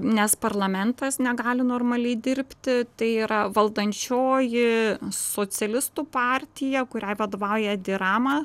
nes parlamentas negali normaliai dirbti tai yra valdančioji socialistų partija kuriai vadovauja dirama